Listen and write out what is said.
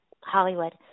Hollywood